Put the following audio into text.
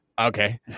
Okay